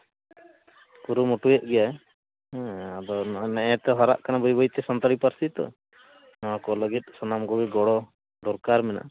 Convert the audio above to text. ᱠᱩᱨᱩᱢᱩᱴᱩᱭᱮᱫ ᱜᱮᱭᱟᱭ ᱟᱫᱚ ᱱᱮᱜᱼᱮ ᱛᱚ ᱦᱟᱨᱟᱜ ᱠᱟᱱᱟ ᱵᱟᱹᱭ ᱵᱟᱹᱭᱛᱮ ᱥᱟᱱᱛᱟᱞᱤ ᱯᱟᱹᱨᱥᱤ ᱛᱚ ᱱᱚᱣᱟ ᱠᱚ ᱞᱟᱹᱜᱤᱫ ᱥᱟᱱᱟᱢ ᱠᱚᱜᱮ ᱜᱚᱲᱚ ᱫᱚᱨᱠᱟᱨ ᱢᱮᱱᱟᱜᱼᱟ